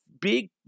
big